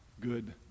good